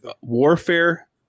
warfare